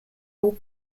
all